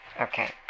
Okay